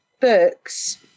books